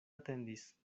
atendis